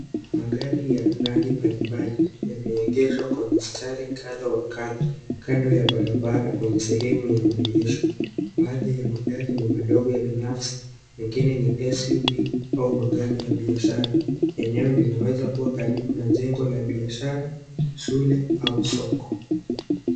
Magari ya rangi mbalimbali yameegeshwa kwa mistari kadhaa wa kadhaa kando ya barabara kwenye sehemu ya maegesho, baadhi ya magari ni madogo ya binafsi, mengine ni SUV au magari ya biashara, eneo linaweza kuwa karibu na jengo la biashara, shule au soko.